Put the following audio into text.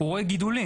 הוא רואה גידולים.